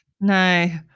No